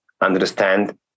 understand